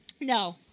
No